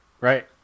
right